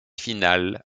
finale